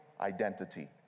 identity